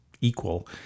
equal